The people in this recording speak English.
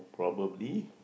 probably